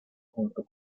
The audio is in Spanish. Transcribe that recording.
junto